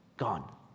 gone